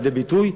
לידי ביטוי,